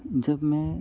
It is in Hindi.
जब मैं